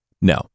No